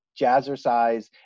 jazzercise